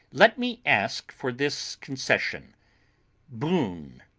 let me ask for this concession boon,